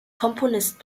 komponist